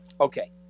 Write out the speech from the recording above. okay